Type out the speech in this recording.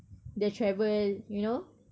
the travel you know